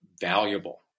valuable